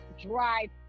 drive